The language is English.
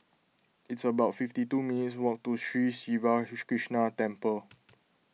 it's about fifty two minutes' walk to Sri Siva Krishna Temple